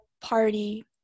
party